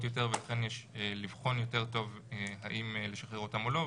יותר ולכן יש לבחון יותר טוב האם לשחרר אותם או לא,